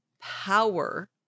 power